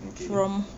okay